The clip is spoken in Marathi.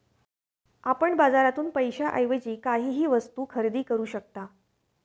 आपण बाजारातून पैशाएवजी काहीही वस्तु खरेदी करू शकता